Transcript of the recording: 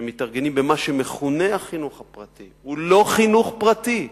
שמתארגנים במה שמכונה "החינוך הפרטי" הוא לא חינוך פרטי.